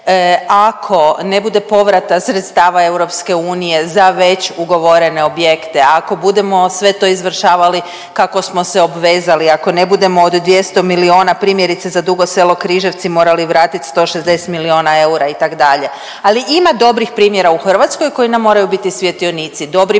ako ne bude povrata sredstava EU za već ugovorene objekte. Ako budemo sve to izvršavali kako smo se obvezali, ako ne budemo do 200 milijuna, primjerice, za Dugo Selo-Križevci morali vratiti 160 milijuna eura, itd. Ali ima dobrih primjera u Hrvatskoj koji nam moraju biti svjetionici. Dobri primjeri